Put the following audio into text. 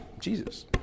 Jesus